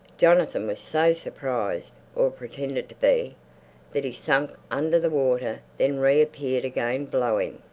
jonathan was so surprised or pretended to be that he sank under the water, then reappeared again blowing.